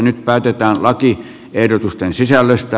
nyt päätetään lakiehdotusten sisällöstä